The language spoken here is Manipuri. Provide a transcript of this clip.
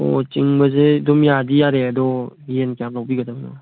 ꯑꯣ ꯆꯤꯡꯕꯁꯦ ꯑꯗꯨꯝ ꯌꯥꯗꯤ ꯌꯥꯔꯦ ꯑꯗꯣ ꯌꯦꯟ ꯀꯌꯥꯝ ꯂꯧꯕꯤꯒꯗꯕꯅꯣ